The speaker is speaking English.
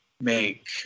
make